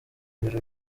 imbere